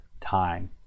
time